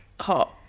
hot